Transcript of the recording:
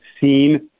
seen